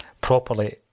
properly